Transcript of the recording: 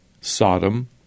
Sodom